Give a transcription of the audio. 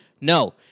No